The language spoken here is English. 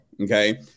Okay